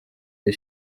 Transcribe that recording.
iyi